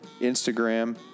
Instagram